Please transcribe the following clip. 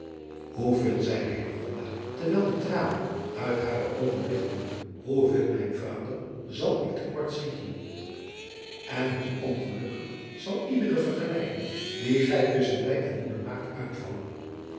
hoeveel zeide hillegonda terwijl de tranen uit hare oogen biggelden hoeveel mijn vader zal ik te kort schieten en hoe ongelukkig zal iedere vergelijking die gij tusschen mij en moeder maakt uitvallen